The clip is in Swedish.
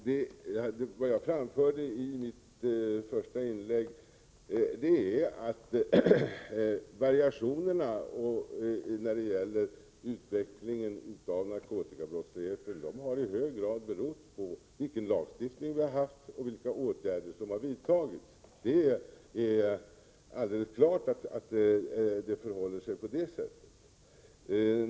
Herr talman! Vad jag framförde i mitt första inlägg var att variationerna när det gäller utvecklingen av narkotikabrottsligheten i hög grad har berott på vilken lagstiftning vi har haft och vilka åtgärder som har vidtagits. Det är alldeles klart att det förhåller sig på det sättet.